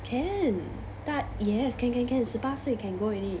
can 大 yes can can can 十八岁 can go already